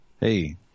Hey